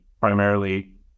primarily